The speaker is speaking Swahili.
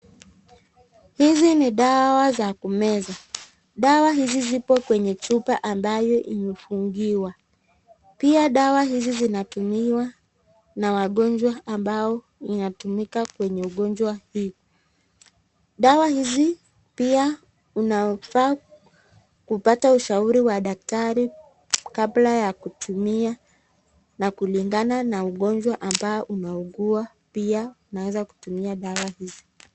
Hizi ni dawa za kumeza. Dawa hizi zipo kwenye chupa ambayo imefungiwa. Pia dawa hizi zinatumiwa na wagonjwa ambao inatumika kwenye ugonjwa hii. Dawa hizi pia unafaa kupata ushauri wa daktari kabla ya kutumia na kulingana na ugonjwa ambao unaugua pia unaweza kutumia dawa hizi.